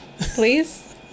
please